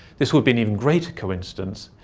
this would be an even greater coincidence,